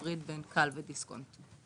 לגבי ההפרדה, דעתי שצריך לעשות אותה.